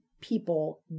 people